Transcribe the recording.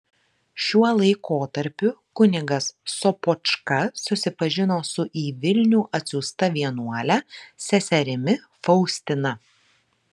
šiuo laikotarpiu kunigas sopočka susipažino su į vilnių atsiųsta vienuole seserimi faustina